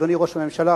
אדוני ראש הממשלה,